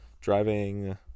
driving